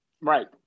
Right